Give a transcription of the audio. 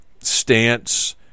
stance